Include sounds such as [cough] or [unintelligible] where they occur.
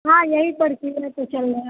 हाँ यही [unintelligible] तो चल रहा है